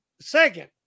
second